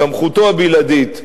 סמכותו הבלעדית.